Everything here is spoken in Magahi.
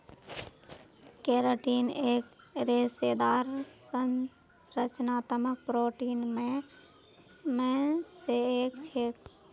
केराटीन एक रेशेदार संरचनात्मक प्रोटीन मे स एक छेक